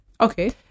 Okay